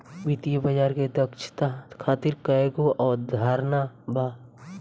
वित्तीय बाजार के दक्षता खातिर कईगो अवधारणा बा